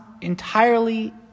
entirely